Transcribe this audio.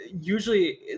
usually